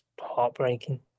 heartbreaking